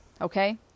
okay